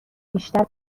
بیشتر